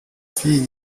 fille